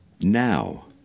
Now